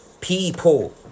People